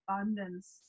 abundance